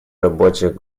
рабочих